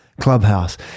Clubhouse